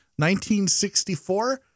1964